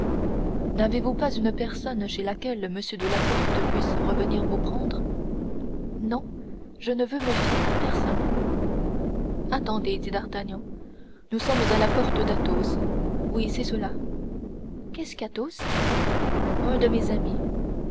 n'avez-vous pas une personne chez laquelle m de la porte puisse revenir vous prendre non je ne veux me fier à personne attendez dit d'artagnan nous sommes à la porte d'athos oui c'est cela qu'est-ce qu'athos un de mes amis